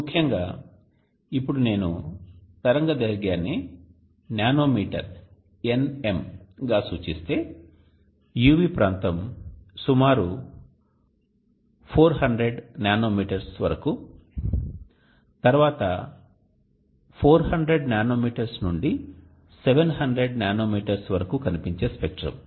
ముఖ్యముగా ఇప్పుడు నేను తరంగదైర్ఘ్యాన్ని నానోమీటర్ గా సూచిస్తే UV ప్రాంతం సుమారు 400 నానోమీటర్ల వరకు తరువాత 400 నానోమీటర్ల నుండి 700 నానోమీటర్ల వరకు కనిపించే స్పెక్ట్రం